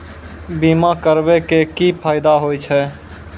बीमा करबै के की फायदा होय छै?